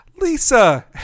Lisa